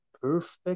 perfect